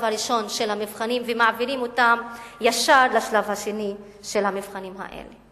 הראשון של המבחנים ומעבירים אותם ישר לשלב השני של המבחנים האלה.